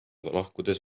lahkudes